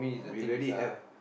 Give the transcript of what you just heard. we already have